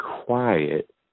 quiet